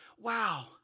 Wow